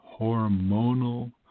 hormonal